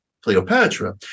Cleopatra